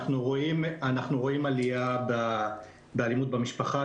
אנחנו רואים עלייה באלימות במשפחה.